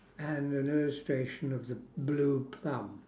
and an illustration of the blue plum